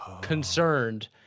concerned